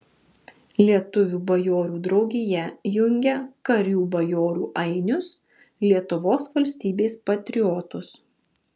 lietuvių bajorų draugija jungia karių bajorų ainius lietuvos valstybės patriotus